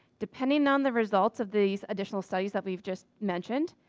depending on the results of these additional studies that we've just mentioned,